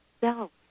self